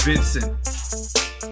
Vincent